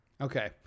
Okay